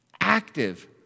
active